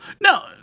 No